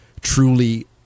truly